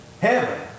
Heaven